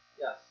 Yes